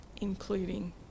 including